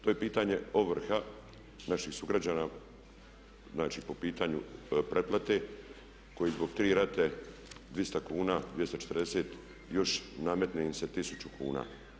To je pitanje ovrha naših sugrađana znači po pitanju pretplate koji zbog tri rate, 200 kuna, 240 još nametne im se 1000 kuna.